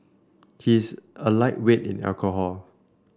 he is a lightweight in alcohol